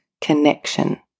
connection